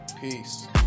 Peace